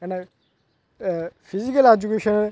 कन्नें physical education